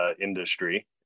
industry